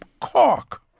Cork